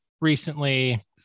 recently